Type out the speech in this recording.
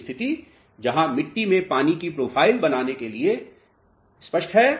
एक स्थिति जहाँ मिट्टी में पानी की प्रोफाइल बनाने के लिए स्पष्ट है